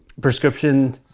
prescription